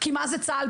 כי מה זה צה״ל?